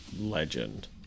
legend